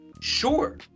Sure